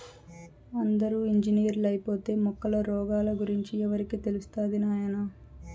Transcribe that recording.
అందరూ ఇంజనీర్లైపోతే మొక్కల రోగాల గురించి ఎవరికి తెలుస్తది నాయనా